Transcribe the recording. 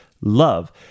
love